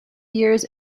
years